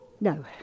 No